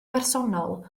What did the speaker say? bersonol